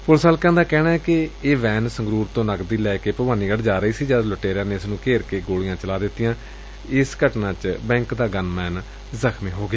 police ਹਲਕਿਆਂ ਦਾ ਕਹਿਣੈ ਕਿ ਇਹ ਵੈਨ ਸੰਗਰੁਰ ਤੋਂ ਨਕਦੀ ਲੈ ਕੇ ਭਵਾਨੀਗੜ ਜਾ ਰਹੀ ਸੀ ਜਦ ਲੁਟੇਰਿਆ ਨੇ ਇਸ ਨੂੰ ਘੇਰ ਕੇ ਗੋਲੀਆਂ ਚਲਾ ਦਿਤੀਆਂ ਇਸ ਘਟਨਾ ਚ ਬੈਂਕ ਦਾ ਗੰਨਮੈਨ ਜ਼ਖ਼ਮੀ ਹੋ ਗਿਆ